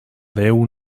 deu